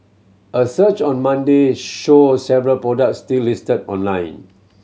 a search on Monday showed several products still listed online